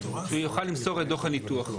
הוא יוכל למסור את דוח הניתוח,